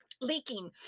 leaking